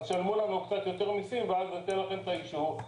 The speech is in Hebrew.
אז תשלמו לנו קצת יותר מסים ואז ניתן לכם את האישור.